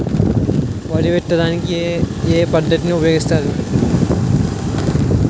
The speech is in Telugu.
వరి విత్తడానికి ఏ పద్ధతిని ఉపయోగిస్తారు?